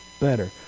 better